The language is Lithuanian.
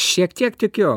šiek tiek tikiu